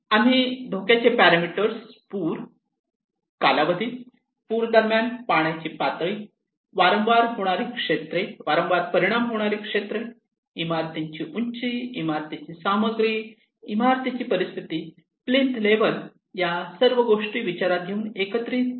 आम्ही धोक्याचे पॅरामीटर्स पूर कालावधी पूर दरम्यान पाण्याची पातळी वारंवार परिणाम होणारी क्षेत्रे इमारतीची उंची इमारतीची सामग्री इमारतीची परिस्थिती प्लिंथ लेव्हल या सर्व गोष्टी विचारात घेऊन एकत्रित केल्या